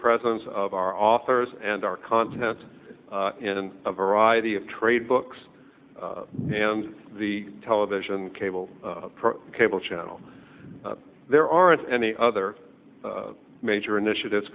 presence of our authors and our content in a variety of trade books the television cable cable channel there aren't any other major initiative